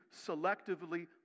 selectively